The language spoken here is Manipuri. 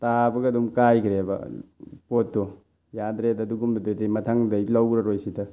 ꯇꯥꯕꯒ ꯑꯗꯨꯝ ꯀꯥꯏꯈ꯭ꯔꯦꯕ ꯄꯣꯠꯇꯣ ꯌꯥꯗ꯭ꯔꯦꯗ ꯑꯗꯨꯒꯨꯝꯕꯗꯨꯗꯤ ꯃꯊꯪꯗꯩ ꯂꯧꯔꯔꯣꯏꯁꯤꯗ